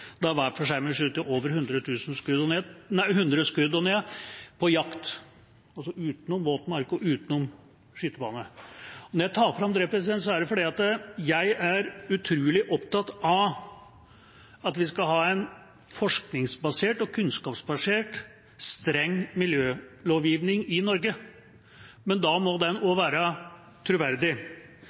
100 skudd på jakt – utenom våtmark og utenom skytebane. Når jeg tar fram dette, er det fordi jeg er utrolig opptatt av at vi skal ha en forsknings- og kunnskapsbasert, streng miljølovgivning i Norge. Men da må den også være troverdig.